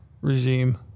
regime